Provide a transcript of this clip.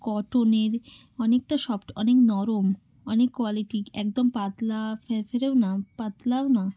কটনের অনেকটা সফট অনেক নরম অনেক কোয়ালিটি একদম পাতলা ফ্যারফ্যারেও না পাতলাও না